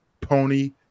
Pony